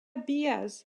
bias